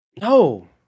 No